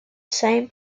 same